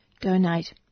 donate